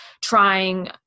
trying